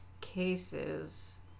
cases